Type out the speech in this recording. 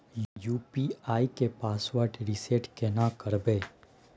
UPI के password reset केना करबे?